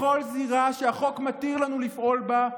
בכל זירה שהחוק מתיר לנו לפעול בה,